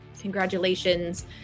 congratulations